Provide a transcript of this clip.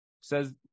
says